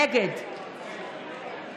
נגד